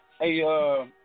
Hey